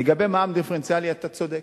לגבי מע"מ דיפרנציאלי אתה צודק.